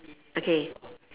okay